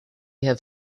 have